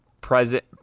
present